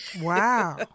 Wow